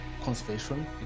conservation